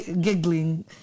giggling